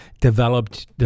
developed